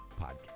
podcast